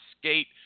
Skate